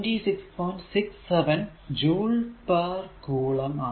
67 joule പേർ കുളം ആണ്